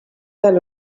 tal